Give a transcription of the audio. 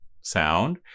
sound